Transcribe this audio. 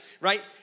right